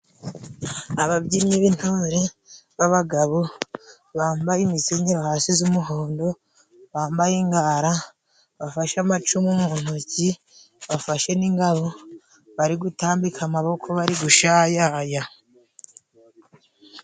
Ababyinnyi b'intore b'abagabo, bambaye imisenyero hasi z'umuhondo, bambaye inkara. Bafashe amacumu mu ntoki, bafashe n'ingabo. Bari gutambika amaboko bari gushayaya.